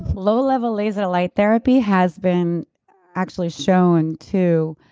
low level laser light therapy has been actually shown to